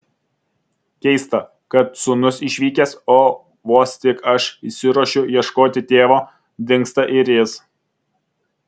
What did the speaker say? keista kad sūnus išvykęs o vos tik aš išsiruošiu ieškoti tėvo dingsta ir jis